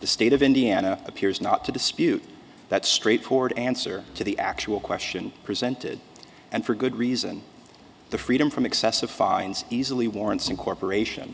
the state of indiana appears not to dispute that straightforward answer to the actual question presented and for good reason the freedom from excessive fines easily warrants incorporation